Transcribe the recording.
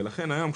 ולכן היום,